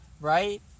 Right